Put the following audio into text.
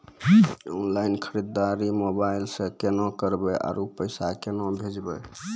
Online खरीददारी mobile से केना करबै, आरु पैसा केना भेजबै?